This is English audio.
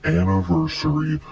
anniversary